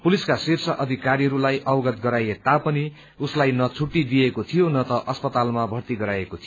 पुलिसका शीर्ष अधिकारीहरूलाई अवगत गराइए तापनि उसलाइ न त छुट्टी दिइएको थियो न तर अस्पतालमा भर्ती गराइएको थियो